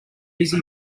busy